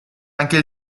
anche